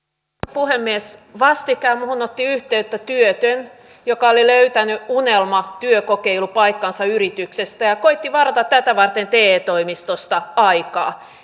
puhemies vastikään minuun otti yhteyttä työtön joka oli löytänyt unelmatyökokeilupaikkansa yrityksestä ja koetti varata tätä varten te toimistosta aikaa